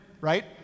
right